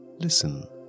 listen